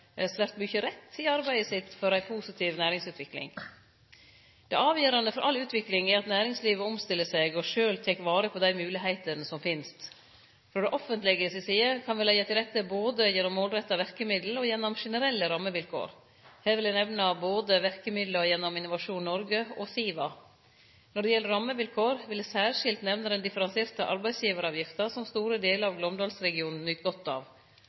svært mykje rett i arbeidet sitt for ei positiv næringsutvikling. Det avgjerande for all utvikling er at næringslivet omstiller seg og sjølv tek vare på dei moglegheitene som finst. Frå det offentlege si side kan me leggje til rette både gjennom målretta verkemiddel og gjennom generelle rammevilkår. Her vil eg nemne verkemidla gjennom både Innovasjon Norge og SIVA. Når det gjeld rammevilkår, vil eg særskilt nemne den differensierte arbeidsgivaravgifta som store delar av Glåmdalsregionen nyt godt av.